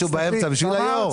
משהו באמצע, בשביל היו"ר.